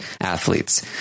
athletes